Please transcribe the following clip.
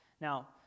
Now